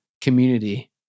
community